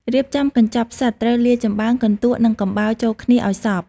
រៀបចំកញ្ចប់ផ្សិតត្រូវលាយចម្បើង កន្ទក់ និងកំបោរចូលគ្នាឲ្យសព្វ។